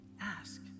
Ask